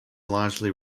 largely